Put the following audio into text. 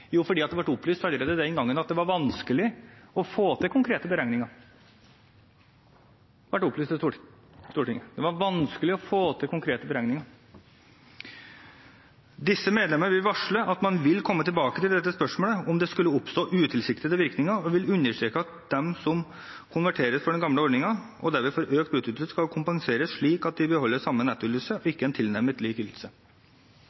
det var opplyst til Stortinget at det var vanskelig å få til konkrete beregninger. Videre sto det: «Disse medlemmer vil varsle at man vil komme tilbake til dette spørsmålet om det skulle oppstå utilsiktede virkninger, og vil understreke at dem som konverteres fra den gamle ordningen og derved får økt bruttoytelse, skal kompenseres slik at de beholder samme nettoytelse, og ikke en tilnærmet lik